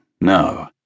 no